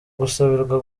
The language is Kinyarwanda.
gusabirwa